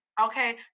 Okay